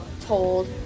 told